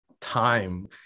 time